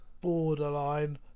borderline